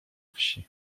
wsi